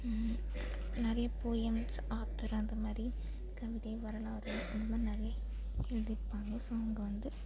நிறைய poems author அந்த மாதிரி கவிதை வரலாறு அந்த மாதிரி நிறைய எழுதிருப்பாங்க ஸோ அவங்க வந்து